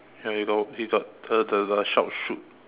ya you got he got uh the the shout shoot